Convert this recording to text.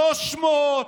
300,